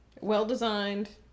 Well-designed